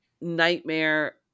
nightmare